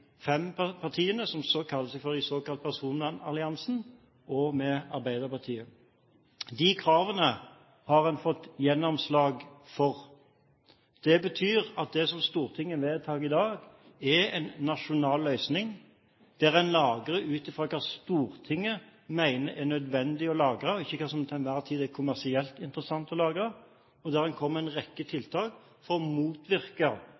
fem partiene – den såkalte personvernalliansen – og med Arbeiderpartiet. De kravene har en fått gjennomslag for. Det betyr at det som Stortinget vedtar i dag, er en nasjonal løsning der en lagrer ut fra hva Stortinget mener er nødvendig å lagre, og ikke ut fra hva som til enhver tid er kommersielt interessant å lagre, og der en kom med en rekke tiltak for å motvirke